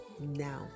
Now